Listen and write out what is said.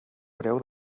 breu